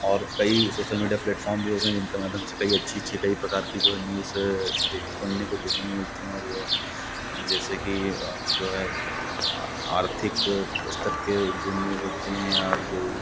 और कई social media platforms भी हो गए जिनके माध्यम से कई अच्छी अच्छी कई प्रकार की जो है न्यूज़ देख सुनने को देखने को मिलती है और यह जैसे कि जो है आर्थिक स्तर के जो न्यूज़ होती हैं और जो